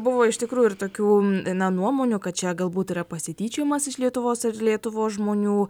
buvo iš tikrųjų ir tokių na nuomonių kad čia galbūt yra pasityčiojimas iš lietuvos ir lietuvos žmonių